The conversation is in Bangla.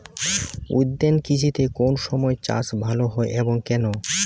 উদ্যান কৃষিতে কোন সময় চাষ ভালো হয় এবং কেনো?